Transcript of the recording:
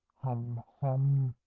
hum! hum!